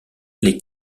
les